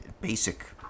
basic